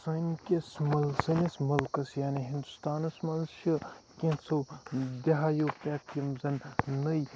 سٲنکِس مل سٲنِس مُلکَس یعنی ہِندوستانَس منٛز چھِ کیژھو دِہایو پٮ۪ٹھ یِم زَن نٔے